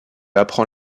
apprend